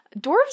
dwarves